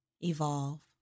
Evolve